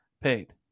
paid